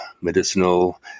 medicinal